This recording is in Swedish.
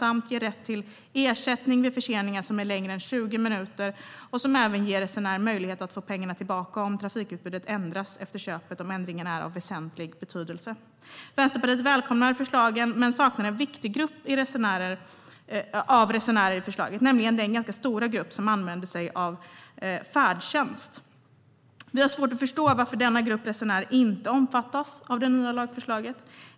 Det ger rätt till ersättning vid förseningar som är längre än 20 minuter och ger även resenären möjlighet att få pengarna tillbaka om trafikutbudet ändras efter köpet om ändringarna är av väsentlig betydelse. Vänsterpartiet välkomnar förslagen men saknar en viktig grupp resenärer i förslaget, nämligen den ganska stora grupp som använder sig av färdtjänst. Vi har svårt att förstå varför denna grupp resenärer inte omfattas av det nya lagförslaget.